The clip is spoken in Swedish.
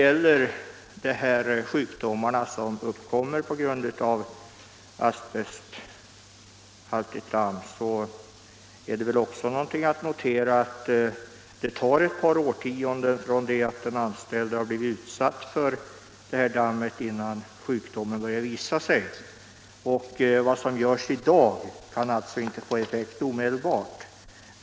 F. ö. är det beträffande sjukdom som uppkommer på grund av asbesthaltigt damm att notera att det tar ett par årtionden från det att den anställde har blivit utsatt för dammet tills sjukdomen börjar visa sig. Vad som görs i dag kan alltså inte få effekt omedelbart.